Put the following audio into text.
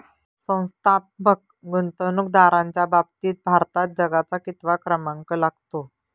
संस्थात्मक गुंतवणूकदारांच्या बाबतीत भारताचा जगात कितवा क्रमांक लागतो?